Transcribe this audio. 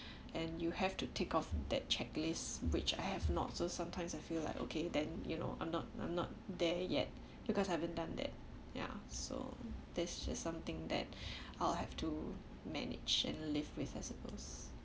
and you have to tick off that checklist which I have not so sometimes I feel like okay then you know I'm not I'm not there yet because I haven't done that ya so that's just something that I'll have to manage and live with I suppose